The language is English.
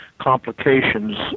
complications